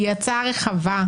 היא הצעה רחבה.